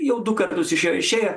jau du kartus iš jo išėjo